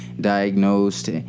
diagnosed